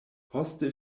poste